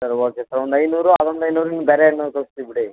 sir okay sir ಒಂದು ಐನೂರು ಅದೊಂದು ಐನೂರು ಇನ್ನು ಬೇರೆ ಏನಾದ್ರು ಕಳ್ಸ್ತಿವಿ ಬಿಡಿ